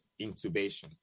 intubation